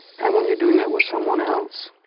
and when you're doing that with someone else,